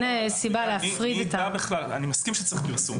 אני מסכים שצריך פרסום,